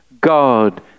God